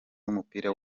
w’umupira